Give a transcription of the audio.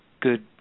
Good